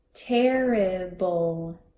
terrible